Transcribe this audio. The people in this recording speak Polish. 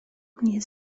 mnie